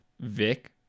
Vic